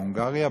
בהונגריה,